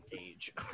age